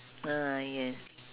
ah yes